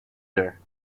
her